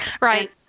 Right